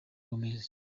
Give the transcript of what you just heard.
gomez